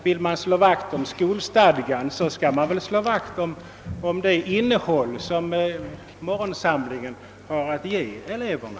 Vill man slå vakt om skolstadgan, så skall man väl också slå vakt om det innehåll som morgonsamlingen har att ge eleverna.